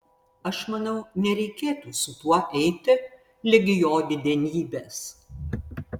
aš manau nereikėtų su tuo eiti ligi jo didenybės